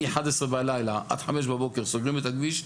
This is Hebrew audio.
מ-23:00 עד 05:00 סוגרים את הכביש.